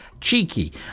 cheeky